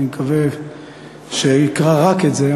אני מקווה שאקרא רק את זה,